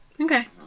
Okay